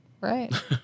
Right